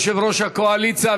יושב-ראש הקואליציה,